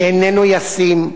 שאיננו ישים,